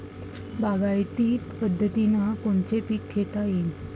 बागायती पद्धतीनं कोनचे पीक घेता येईन?